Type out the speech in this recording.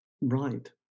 right